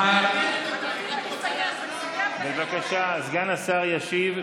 מחר, בבקשה, סגן השר ישיב.